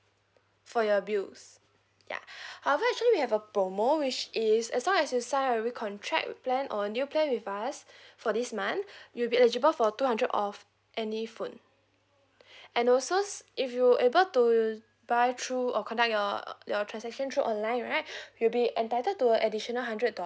for your bills ya however actually we have a promo which is as long as you sign a recontract plan or a new plan with us for this month you'll be eligible for two hundred off any phone and also if you able to buy through or conduct your your transaction through online right you'll be entitled to a additional hundred dollar